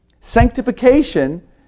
Sanctification